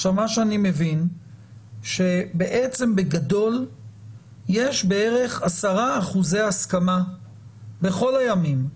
עכשיו מה שאני מבין שבעצם בגדול יש בערך 10% הסכמה בכל הימים.